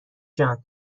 جان